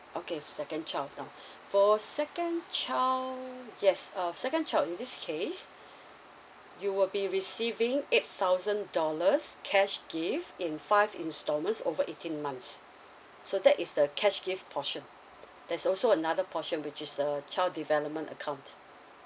okay f~ second child now for second child yes uh second child in this case you will be receiving eight thousand dollars cash gift in five installments over eighteen months so that is the cash gift portion there's also another portion which is the child development account